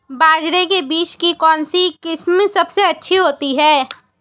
बाजरे के बीज की कौनसी किस्म सबसे अच्छी होती है?